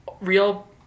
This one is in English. real